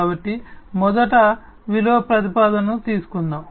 కాబట్టి మొదట విలువ ప్రతిపాదనను తీసుకుందాం